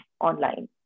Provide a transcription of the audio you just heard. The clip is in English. online